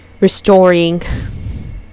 restoring